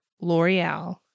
L'Oreal